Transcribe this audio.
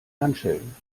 handschellen